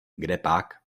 kdepak